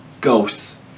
ghosts